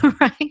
Right